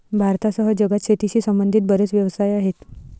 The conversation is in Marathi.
भारतासह जगात शेतीशी संबंधित बरेच व्यवसाय आहेत